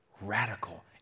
radical